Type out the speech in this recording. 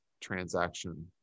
transaction